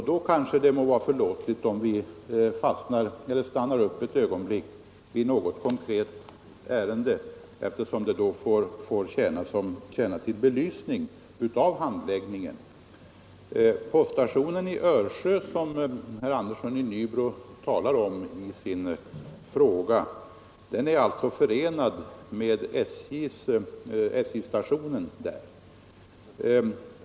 Då kanske det må vara förlåtligt om vi stannar upp ett ögonblick vid ett konkret ärende, eftersom det då får tjäna till bevisning av handläggningen. Poststationen i Örsjö, som herr Andersson i Nybro talar om i sin fråga, är förenad med SJ-stationen där.